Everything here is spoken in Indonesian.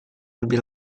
lebih